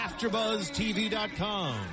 AfterBuzzTV.com